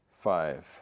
Five